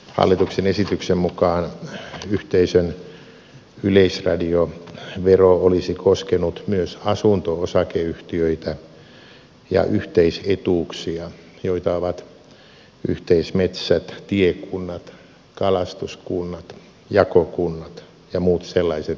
hallituksen esityksen mukaan yhteisön yleisradiovero olisi koskenut myös asunto osakeyhtiöitä ja yhteisetuuksia joita ovat yhteismetsät tiekunnat kalastuskunnat jakokunnat ja muut sellaiset yhteenliittymät